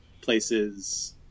places